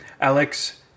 Alex